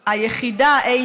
היחידה.